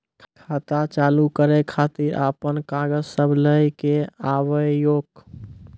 खाता चालू करै खातिर आपन कागज सब लै कऽ आबयोक?